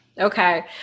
Okay